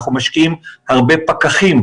בבקשה.